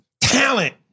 talent